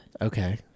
Okay